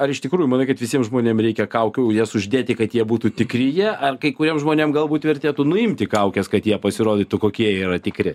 ar iš tikrųjų manai kad visiem žmonėm reikia kaukių jas uždėti kad jie būtų tikri jie ar kai kuriem žmonėm galbūt vertėtų nuimti kaukes kad jie pasirodytų kokie yra tikri